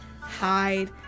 Hide